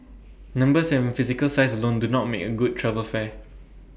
numbers and physical size lone do not make A good travel fair